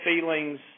feelings